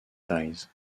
ties